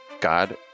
god